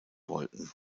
wollten